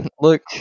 look